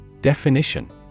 Definition